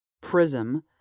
prism